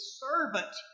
servant